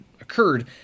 occurred